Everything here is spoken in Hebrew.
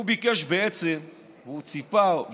הוא ביקש בעצם והוא ציפה, לכאורה,